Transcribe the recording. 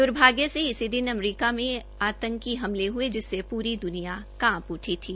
दुर्भाग्य से इसी दिन अमरीका में आंतकी हमले हये जिससे पूरी द्वनिया कांप उठी थी